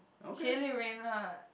Sheyli Rayna